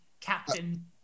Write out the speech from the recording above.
captain